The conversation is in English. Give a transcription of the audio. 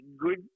Good